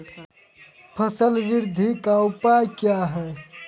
फसल बृद्धि का उपाय क्या हैं?